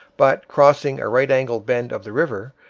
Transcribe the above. but, crossing a right-angled bend of the river,